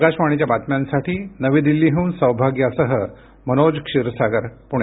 आकाशवाणीच्या बातम्यांसाठी नवी दिल्लीहून सौभाग्यासह मनोज क्षीरसागर पुणे